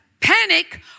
Panic